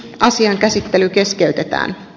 asian käsittely keskeytetään